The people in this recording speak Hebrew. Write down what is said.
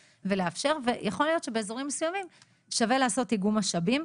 ויכול להיות שבאזורים מסוימים שווה לעשות איגום משאבים.